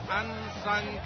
unsung